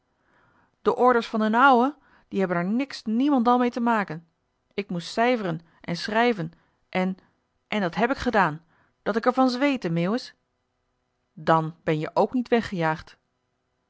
de orders van d'n ouwe die hebben er niks niemendal mee te maken ik moest cijferen en schrijjoh h been paddeltje de scheepsjongen van michiel de ruijter ven en en dat heb ik gedaan dat ik er van zweette meeuwis dàn ben-je ook niet weggejaagd